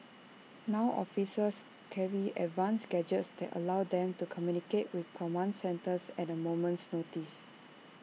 now officers carry advanced gadgets that allow them to communicate with command centres at A moment's notice